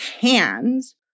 hands